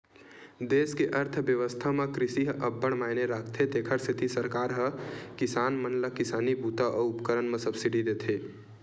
देस के अर्थबेवस्था म कृषि ह अब्बड़ मायने राखथे तेखर सेती सरकार ह किसान मन ल किसानी बूता अउ उपकरन म सब्सिडी देथे